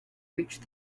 reached